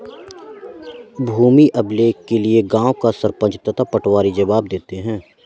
भूमि अभिलेख के लिए गांव का सरपंच तथा पटवारी जवाब देते हैं